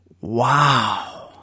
Wow